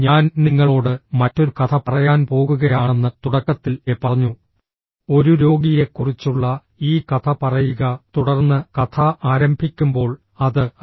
ഞാൻ നിങ്ങളോട് മറ്റൊരു കഥ പറയാൻ പോകുകയാണെന്ന് തുടക്കത്തിൽ എ പറഞ്ഞു ഒരു രോഗിയെക്കുറിച്ചുള്ള ഈ കഥ പറയുക തുടർന്ന് കഥ ആരംഭിക്കുമ്പോൾ അത് ഐ